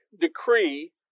decree